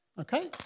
Okay